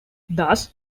thus